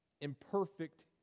imperfect